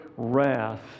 Wrath